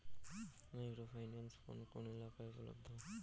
Micro finance কোন কোন এলাকায় উপলব্ধ?